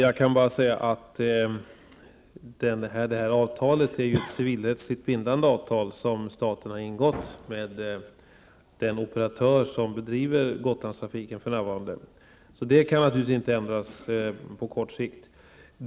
Herr talman! Det är ett civilrättsligt bindande avtal som staten har ingått med den operatör som för närvarande bedriver Gotlandstrafiken. Det kan naturligtvis inte ändras på kort sikt.